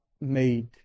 made